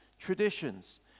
traditions